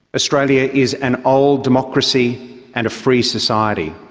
australia is an old democracy and a free society.